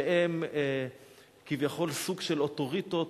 שהם כביכול סוג של אוטוריטות